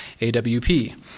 AWP